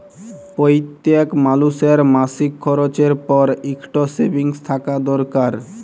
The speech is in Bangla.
প্যইত্তেক মালুসের মাসিক খরচের পর ইকট সেভিংস থ্যাকা দরকার